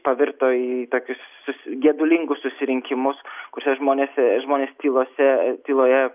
pavirto į tokius sus gedulingus susirinkimus kurse žmonės žmonės tylose tyloje